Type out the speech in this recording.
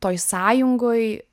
toj sąjungoj